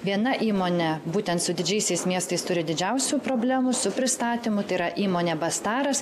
viena įmonė būtent su didžiaisiais miestais turi didžiausių problemų su pristatymu tai yra įmonė bastaras